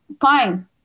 fine